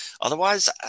Otherwise